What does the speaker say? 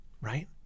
right